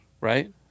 right